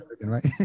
right